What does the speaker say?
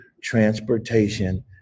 transportation